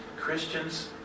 Christians